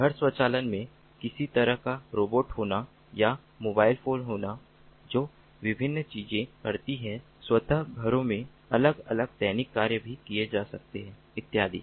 घर स्वचालन में किसी तरह का रोबोट होना या मोबाइल फोन होना जो विभिन्न चीजें करती हैं स्वतः घरों में अलग अलग दैनिक कार्य भी किए जा सकते हैं इत्यादि